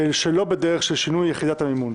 שלא בדרך של שינוי יחידת המימון.